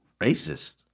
Racist